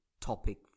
topic